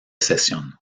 sesión